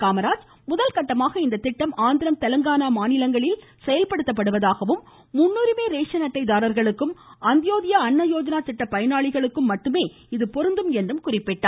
காமராஜ் முதற்கட்டமாக இந்த திட்டம் ஆந்திரம் தெலுங்கானா மாநிலத்தில் செயல்படுத்தப்படுவதாகவும் முன்னுரிமை ரேசன் அட்டை தாரா்களுக்கும் அந்தோந்த்யா அன்னயோஜ்னா திட்ட பயனாளிகளுக்கு மட்டுமே இது பொருந்தும் என்றும் கூறினார்